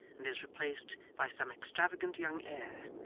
and is replaced by some extravagant young heir,